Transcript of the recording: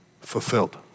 fulfilled